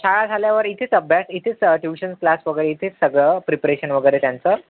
शाळा झाल्यावर इथेच अभ्यास इथेच ट्युशन क्लास वगैरे इथेच सगळं प्रिपरेशन वगैरे त्यांचं